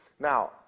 Now